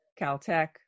Caltech